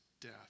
death